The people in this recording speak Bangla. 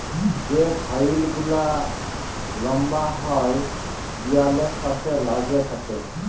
যে ভাইল গুলা লম্বা হ্যয় দিয়ালের সাথে ল্যাইগে থ্যাকে